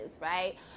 right